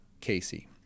Casey